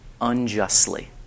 unjustly